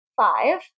five